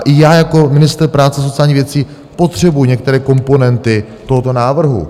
I já jako ministr práce a sociálních věcí potřebuji některé komponenty tohoto návrhu.